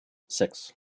six